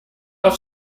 auf